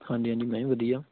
ਹਾਂਜੀ ਹਾਂਜੀ ਮੈਂ ਵੀ ਵਧੀਆ